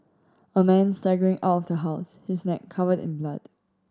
a man staggering out of the house his neck covered in blood